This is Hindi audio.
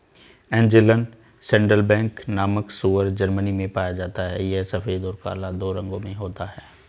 एंजेलन सैडलबैक नामक सूअर जर्मनी में पाया जाता है यह सफेद और काला दो रंगों में होता है